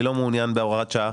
אני לא מעוניין בהוראת שעה.